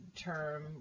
term